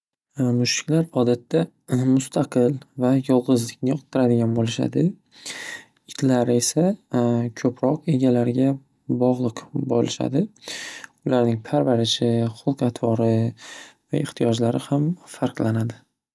Mushuklar odatda mustaqil va yolg‘izlikni yoqtiradigan bo‘lishadi. Itlar esa ko‘proq egalariga bog‘liq bo‘lishadi. Ularning parvarishi xulq atvori va ehtiyojlari ham farqlanadi.